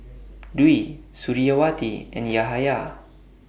Dwi Suriawati and Yahaya